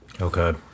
okay